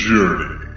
Journey